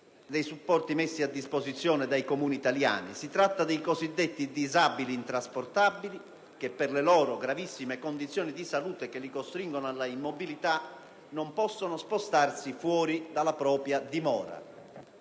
dei supporti messi a disposizione dai Comuni italiani: si tratta dei cosiddetti disabili intrasportabili che, per le loro gravissime condizioni di salute che li costringono alla immobilità, non possono spostarsi fuori dalla propria dimora.